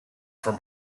from